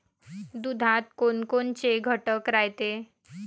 दुधात कोनकोनचे घटक रायते?